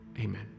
Amen